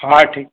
हा ठीकु